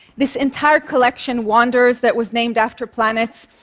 this entire collection, wanderers, that was named after planets,